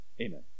Amen